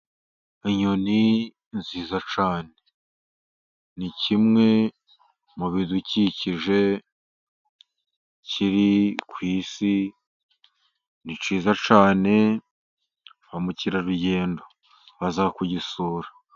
Inyoni nziza cyane. Ni kimwe mu bidukikije kiri ku isi, ni cyiza cyane ba mukerarugendo baza kugisura.